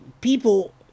people